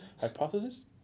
Hypothesis